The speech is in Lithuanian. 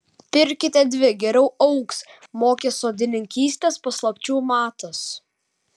pirkite dvi geriau augs mokė sodininkystės paslapčių matas